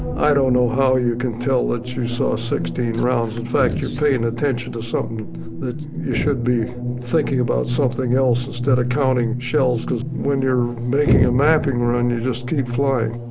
i don't know how you can tell that you saw sixteen rounds. in fact, you're paying attention to something that you should be thinking about something else instead of counting shells. cause when you're making a mapping run, you just keep flying.